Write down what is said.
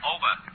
Over